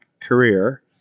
career